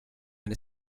and